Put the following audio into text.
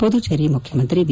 ಪುದುಚೇರಿ ಮುಖ್ಯಮಂತ್ರಿ ವಿ